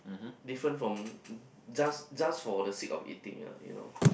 different from just just for the sit for eating ah you know